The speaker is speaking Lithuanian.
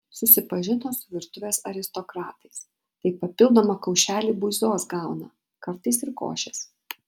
susipažino su virtuvės aristokratais tai papildomą kaušelį buizos gauna kartais ir košės